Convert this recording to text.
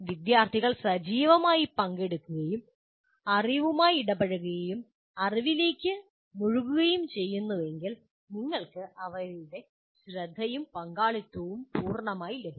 വിദ്യാർത്ഥികൾ സജീവമായി പങ്കെടുക്കുകയും അറിവുമായി ഇടപഴകുകയും അറിവിലേക്ക് മുഴുകുകയും ചെയ്യുന്നുവെങ്കിൽ നിങ്ങൾക്ക് അവരുടെ ശ്രദ്ധയും പങ്കാളിത്തവും പൂർണ്ണമായും ലഭിക്കും